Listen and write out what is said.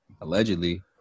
allegedly